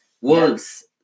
Wolves